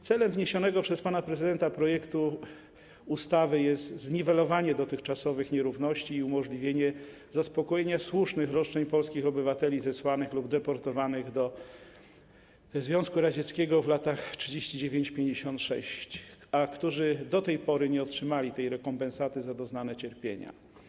Celem wniesionego przez pana prezydenta projektu ustawy jest zniwelowanie dotychczasowych nierówności i umożliwienie zaspokojenia słusznych roszczeń polskich obywateli zesłanych lub deportowanych do Związku Radzieckiego w latach 1939–1956, a którzy do tej pory nie otrzymali rekompensaty za doznane cierpienia.